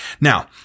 Now